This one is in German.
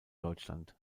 deutschland